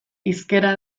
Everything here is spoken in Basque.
hizkera